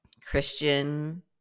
Christian